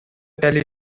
telly